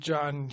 John